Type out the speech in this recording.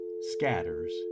scatters